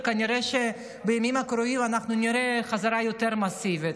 וכנראה בימים הקרובים אנחנו נראה חזרה יותר מסיבית,